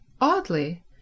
oddly